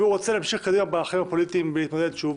והוא רוצה להמשיך להיות בחיים הפוליטיים ולהתמודד שוב,